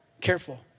Careful